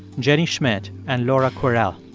jenny schmidt and laura kwerel.